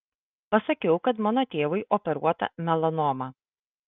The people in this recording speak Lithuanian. pasakiau kad mano tėvui operuota melanoma